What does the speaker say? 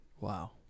Wow